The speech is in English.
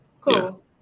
cool